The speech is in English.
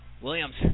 Williams